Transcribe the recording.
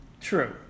True